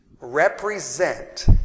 represent